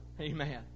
Amen